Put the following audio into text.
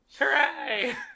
Hooray